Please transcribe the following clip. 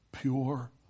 pure